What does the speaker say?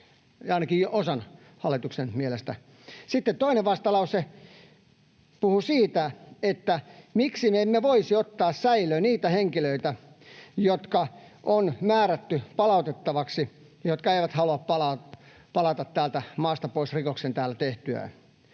ainakin osan hallituksesta mielestä. Sitten toinen lausumaehdotus puhuu siitä, että miksi me emme voisi ottaa säilöön niitä henkilöitä, jotka on määrätty palautettavaksi ja jotka eivät halua palata täältä maasta pois rikoksen täällä tehtyään.